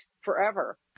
forever